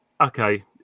Okay